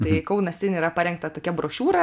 tai kaunas in yra parengta tokia brošiūra